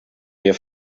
wir